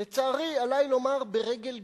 לצערי, עלי לומר ברגל גסה,